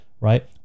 right